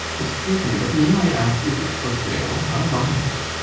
excuse me but may i ask is it for sale? i'll buy it.